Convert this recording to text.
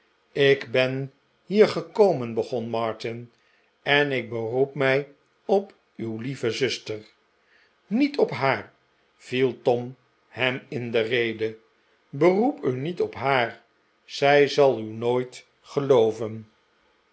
ik ben hier gekomen begon martin en ik beroep mij op uw lieve zuster niet op haar viel tom hem in de rede beroep u niet op haar zij zal u nooit gelooven